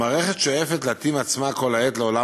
המערכת שואפת להתאים את עצמה כל העת לעולם